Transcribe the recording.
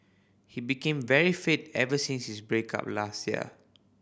he became very fit ever since his break up last year